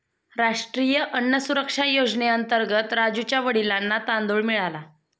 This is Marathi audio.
राष्ट्रीय अन्न सुरक्षा योजनेअंतर्गत राजुच्या वडिलांना तांदूळ मिळाला